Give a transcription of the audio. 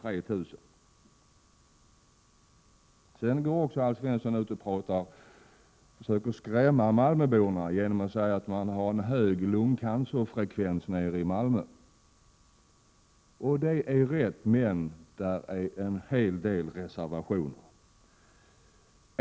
Sedan försöker Alf Svensson skrämma malmöborna genom att säga att lungcancerfrekvensen är hög nere i Malmö. Det är riktigt, men det finns en hel del reservationer.